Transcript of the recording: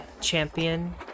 champion